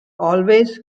always